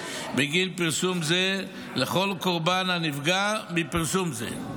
בגין פרסום זה לכל קורבן הנפגע מפרסום זה.